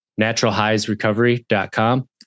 naturalhighsrecovery.com